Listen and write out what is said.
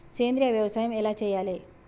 సేంద్రీయ వ్యవసాయం ఎలా చెయ్యాలే?